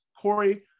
Corey